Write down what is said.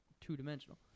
two-dimensional